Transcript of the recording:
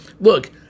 Look